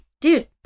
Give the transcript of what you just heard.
dude